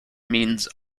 means